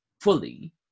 fully